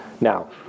Now